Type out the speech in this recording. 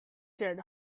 shirt